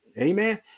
Amen